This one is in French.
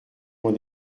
vend